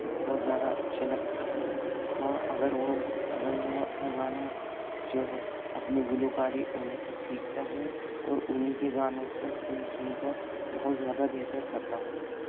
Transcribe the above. بہت زیادہ اچھے لگتے ہیں ہاں اگر وہ اگر میں اپنا گانا جو ہے اپنی گلوکاری انہیں سے سیکھتا ہوں اور انہیں کے گانوں سو سن سن کر بہت زیادہ بہتر کرتا ہوں